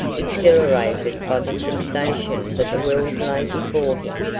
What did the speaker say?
exhilarated by the sensation that the world lay before him.